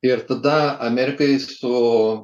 ir tada amerikai su